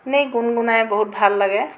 এনেই গুণগুণাই বহুত ভাল লাগে